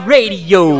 Radio